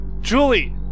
Julie